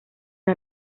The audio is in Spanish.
una